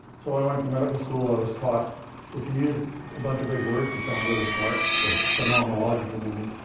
so when i went to medical school, i was taught if you use a bunch of big words, you sound really smart. so phenomenological meaning.